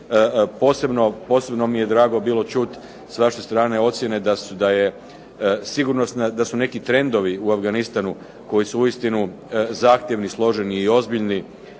Posebno mi je drago bilo čuti s vaše strane ocjene da su neki trendovi u Afganistanu koji su uistinu zahtjevni, složeni i ozbiljni